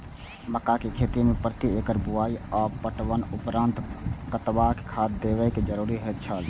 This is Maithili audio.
मक्का के खेती में प्रति एकड़ बुआई आ पटवनक उपरांत कतबाक खाद देयब जरुरी होय छल?